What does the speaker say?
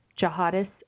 jihadists